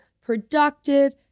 productive